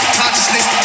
consciousness